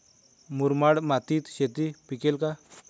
मुरमाड मातीत शेती पिकेल का?